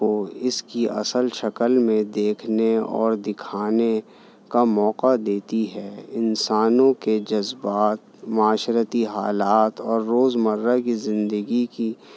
کو اس کی اصل شکل میں دیکھنے اور دکھانے کا موقع دیتی ہے انسانوں کے جذبات معاشرتی حالات اور روز مرہ کی زندگی کی